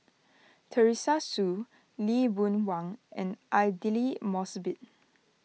Teresa Hsu Lee Boon Wang and Aidli Mosbit